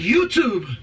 YouTube